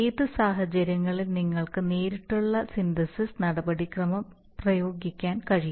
ഏത് സാഹചര്യങ്ങളിൽ നിങ്ങൾക്ക് നേരിട്ടുള്ള സിന്തസിസ് നടപടിക്രമം പ്രയോഗിക്കാൻ കഴിയും